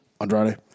Andrade